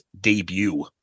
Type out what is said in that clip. Debut